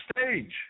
stage